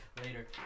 later